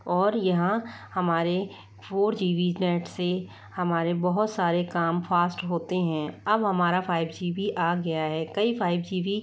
और यहाँ हमारे फोर जी बी नेट से हमारे बहुत सारे काम फास्ट होते हैं अब हमारा फाइव जी भी आ गया है कई फाइव जी भी